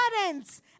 parents